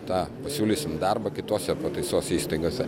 tą pasiūlysim darbą kitose pataisos įstaigose